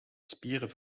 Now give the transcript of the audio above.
spieren